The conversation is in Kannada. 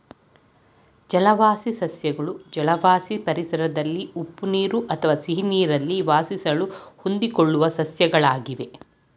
ಜಲವಾಸಿ ಸಸ್ಯಗಳು ಜಲವಾಸಿ ಪರಿಸರದಲ್ಲಿ ಉಪ್ಪು ನೀರು ಅಥವಾ ಸಿಹಿನೀರಲ್ಲಿ ವಾಸಿಸಲು ಹೊಂದಿಕೊಳ್ಳುವ ಸಸ್ಯಗಳಾಗಿವೆ